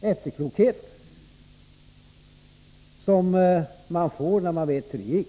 efterklokhet som uppkommer när man vet hur det gick.